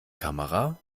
kamera